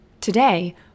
Today